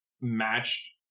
matched